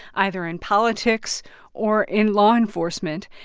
either in politics or in law enforcement.